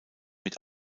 mit